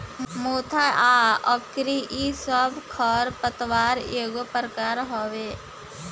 मोथा आ अकरी इ सब खर पतवार एगो प्रकार हवे